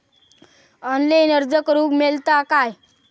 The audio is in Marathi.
ऑनलाईन अर्ज करूक मेलता काय?